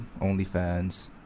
OnlyFans